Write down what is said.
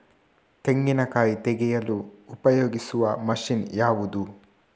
ತೆಂಗಿನಕಾಯಿ ತೆಗೆಯಲು ಉಪಯೋಗಿಸುವ ಮಷೀನ್ ಯಾವುದು?